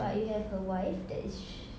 but you have a wife that is sh~